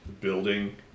building